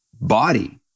body